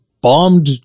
bombed